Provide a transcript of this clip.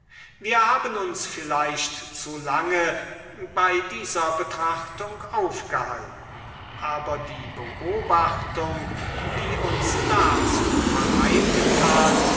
wir haben uns vielleicht zu lange bei dieser betrachtung aufgehalten aber die beobachtung die uns dazu verleitet hat